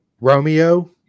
Romeo